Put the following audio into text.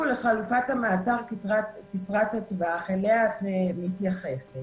לחלופת המעצר קצרת הטווח שאליה את מתייחסת